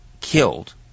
killed